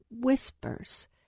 whispers